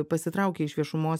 pasitraukė iš viešumos